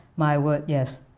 my work, yes,